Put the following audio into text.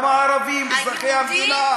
גם הערבים אזרחי המדינה?